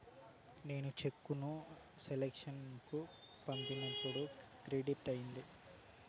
నేను చెక్కు ను కలెక్షన్ కు పంపాను క్రెడిట్ అయ్యిందా